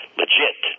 legit